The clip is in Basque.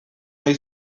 nahi